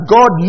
God